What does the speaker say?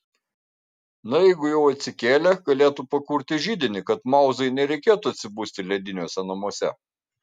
na jeigu jau atsikėlė galėtų pakurti židinį kad mauzai nereikėtų atsibusti lediniuose namuose